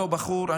אותו בחור,